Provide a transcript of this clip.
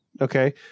okay